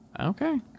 Okay